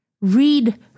Read